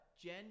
Jen